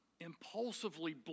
impulsively